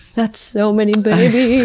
that's so many babies!